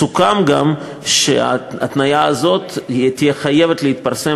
סוכם גם שההתניה הזאת תהיה חייבת להתפרסם